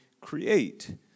create